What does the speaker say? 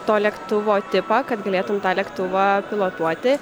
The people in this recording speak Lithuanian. to lėktuvo tipą kad galėtum tą lėktuvą pilotuoti